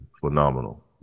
phenomenal